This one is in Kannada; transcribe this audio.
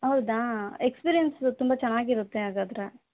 ಹೌದಾ ಎಕ್ಸ್ಪೀರ್ಯನ್ಸು ತುಂಬ ಚೆನ್ನಾಗಿರುತ್ತೆ ಹಾಗಾದ್ರೆ